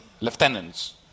lieutenants